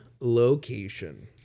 location